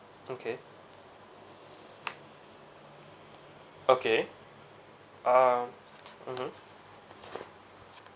okay okay uh mmhmm